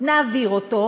נעביר אותו,